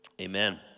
Amen